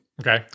Okay